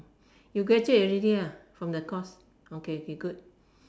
you graduate already from the course okay okay good